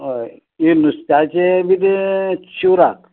हय किदें नुस्त्याचे तें बी ते शिवराक